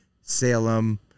Salem